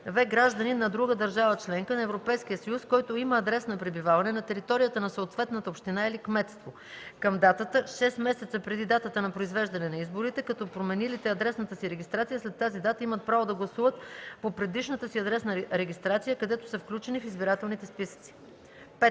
в) гражданин на друга държава – членка на Европейския съюз, който има адрес на пребиваване на територията на съответната община или кметство, към дата 6 месеца преди датата на произвеждане на изборите, като променилите адресната си регистрация след тази дата имат право да гласуват по предишната си адресна регистрация, където са включени в избирателните списъци.